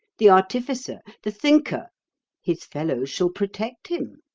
the artificer, the thinker his fellows shall protect him.